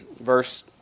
verse